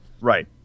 Right